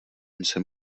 jsem